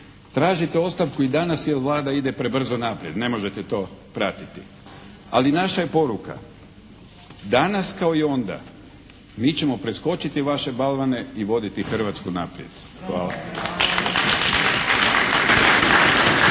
tražite ostavku i danas jer Vlada ide prebrzo naprijed, ne možete to pratiti. Ali naša je poruka danas kao i onda, mi ćemo preskočiti vaše balvane i voditi Hrvatsku naprijed. Hvala.